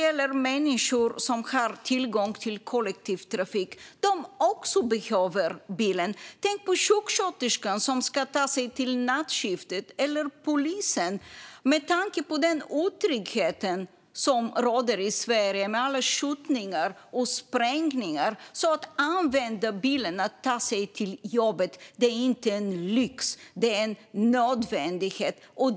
Även människor som har tillgång till kollektivtrafik behöver bil - tänk på sjuksköterskan som ska ta sig till nattskiftet, eller tänk på polisen. Med tanke på den otrygghet som råder i Sverige, med alla skjutningar och sprängningar, är det inte en lyx utan en nödvändighet att använda bilen för att ta sig till jobbet.